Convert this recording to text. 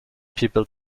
people